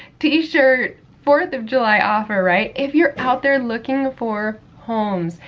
t-shirt, fourth of july offer, right, if you're out there looking for homes,